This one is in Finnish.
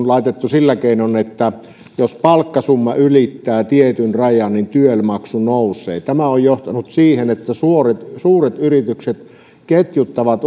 laitettu sillä keinoin että jos palkkasumma ylittää tietyn rajan niin tyel maksu nousee tämä on johtanut siihen että suuret suuret yritykset ketjuttavat